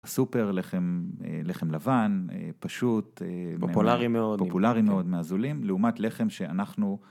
סופר לחם לבן פשוט פופולרי מאוד, מהזולים, לעומת לחם שאנחנו